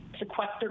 Sequester